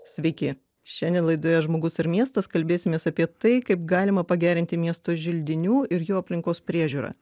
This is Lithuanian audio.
sveiki šiandien laidoje žmogus ir miestas kalbėsimės apie tai kaip galima pagerinti miesto želdinių ir jų aplinkos priežiūrą